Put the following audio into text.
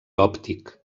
òptic